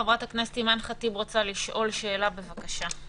חברת הכנסת אימאן ח'טיב רוצה לשאול שאלה, בבקשה.